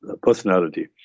personality